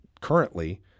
Currently